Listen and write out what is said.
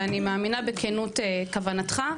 ואני מאמינה בכנות כוונתך.